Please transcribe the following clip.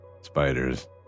spiders